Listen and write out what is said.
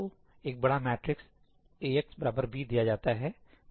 आपको एक बड़ा मैट्रिक्स Axb दिया जाता है